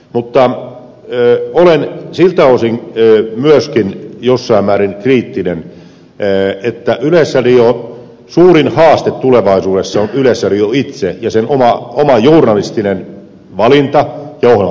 mutta olen siltä osin myöskin jossain määrin kriittinen että yleisradion suurin haaste tulevaisuudessa on yleisradio itse ja sen oma journalistinen valinta ja ohjelmapolitiikka